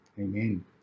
Amen